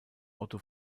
otto